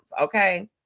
Okay